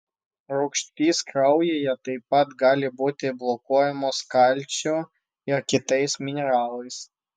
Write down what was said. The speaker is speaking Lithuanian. rūgštys kraujyje taip pat gali būti blokuojamos kalciu ir kitais mineralais